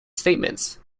statements